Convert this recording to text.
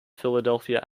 philadelphia